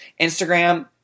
Instagram